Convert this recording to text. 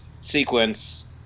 sequence